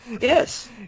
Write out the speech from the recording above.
Yes